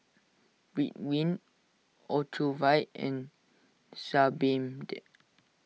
Ridwind Ocuvite and Sebamed